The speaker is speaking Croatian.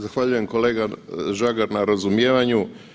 Zahvaljujem kolega Žagar na razumijevanju.